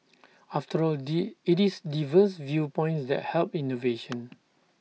after all IT is diverse viewpoints that help innovation